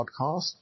podcast